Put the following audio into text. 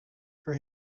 for